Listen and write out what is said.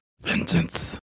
Vengeance